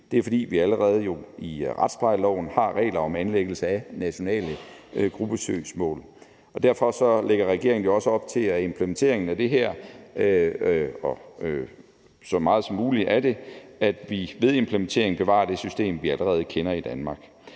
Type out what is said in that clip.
Det er, fordi vi jo allerede i retsplejeloven har regler om anlæggelse af nationale gruppesøgsmål. Derfor lægger regeringen jo også op til, at vi ved implementeringen af det bevarer så meget som muligt af det system, vi allerede kender i Danmark